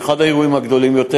אחד האירועים הגדולים יותר,